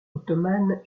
ottomane